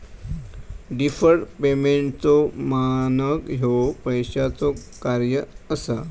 deferred पेमेंटचो मानक ह्या पैशाचो कार्य असा